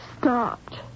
stopped